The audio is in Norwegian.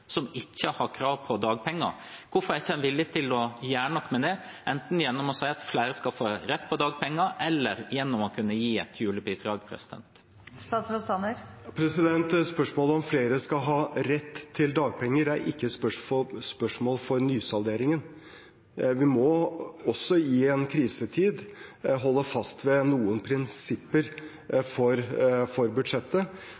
som ikke har krav på dagpenger. Hvorfor er en ikke villig til å gjøre noe med det, enten gjennom å si at flere skal få rett på dagpenger, eller gjennom å kunne gi et julebidrag? Spørsmålet om flere skal ha rett til dagpenger, er ikke et spørsmål for nysalderingen. Vi må også i en krisetid holde fast ved noen prinsipper